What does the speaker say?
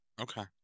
Okay